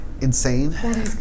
insane